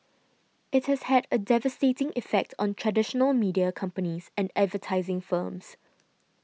it has had a devastating effect on traditional media companies and advertising firms